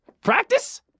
Practice